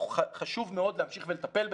חשוב מאוד להמשיך ולטפל בזה.